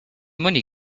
money